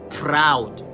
proud